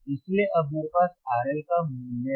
इसलिए अब मेरे पास RL का मूल्य है